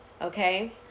okay